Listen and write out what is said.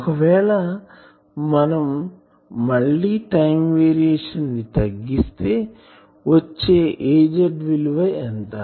ఒకవేళ మనం మళ్ళి టైం వేరియే షన్ ని తగ్గిస్తే వచ్చే Az విలువ ఎంత